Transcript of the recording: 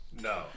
No